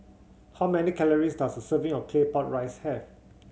how many calories does a serving of Claypot Rice have